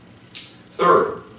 Third